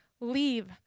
leave